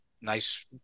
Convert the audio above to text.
nice